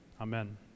Amen